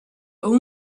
used